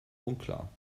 unklar